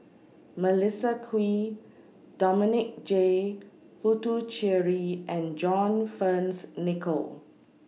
Melissa Kwee Dominic J Puthucheary and John Fearns Nicoll